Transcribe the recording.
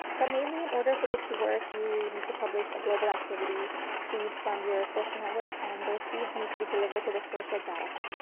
but mainly in order for this to work you need to publish a global activity feed from your social network and those feeds need to be delivered to the social data hub.